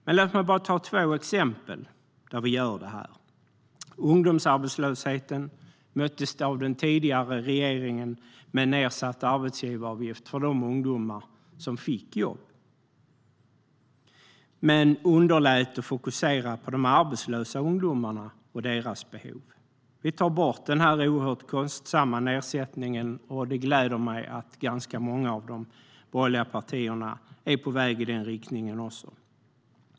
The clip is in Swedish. Men låt mig bara ta två exempel där vi gör detta. Ungdomsarbetslösheten möttes av den tidigare regeringen med en nedsatt arbetsgivaravgift för de ungdomar som fick jobb. Men man underlät att fokusera på de arbetslösa ungdomarna och deras behov. Vi tar bort denna oerhört kostsamma nedsättning, och det gläder mig att ganska många av de borgerliga partierna också är på väg i denna riktning.